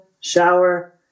shower